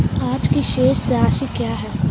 आज की शेष राशि क्या है?